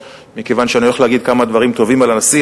מכיוון שאני הולך להגיד כמה דברים טובים על הנשיא,